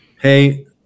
hey